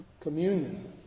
Communion